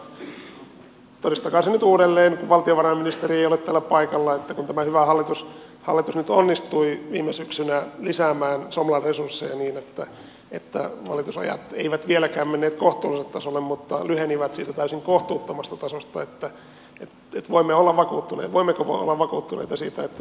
todistakaa se nyt uudelleen kun valtiovarainministeri ei ole täällä paikalla että kun tämä hyvä hallitus nyt onnistui viime syksynä lisäämään somlan resursseja niin että valitusajat eivät vieläkään menneet kohtuulliselle tasolle mutta lyhenivät siitä täysin kohtuuttomasta tasosta voimmeko olla vakuuttuneita siitä että se kehitys jatkuu